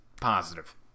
positive